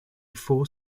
four